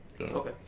Okay